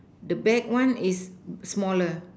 the back one is smaller